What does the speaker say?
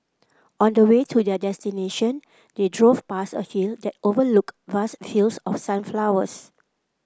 on the way to their destination they drove past a few that overlooked vast fields of sunflowers